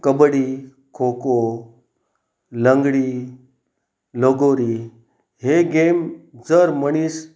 कबड्डी खो खो लंगडी लगोरी हे गेम जर मनीस